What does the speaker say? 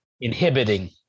inhibiting